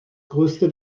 größte